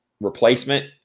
replacement